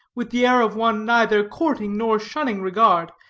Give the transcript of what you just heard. with the air of one neither courting nor shunning regard,